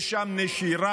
יש שם נשירה,